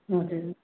हजुर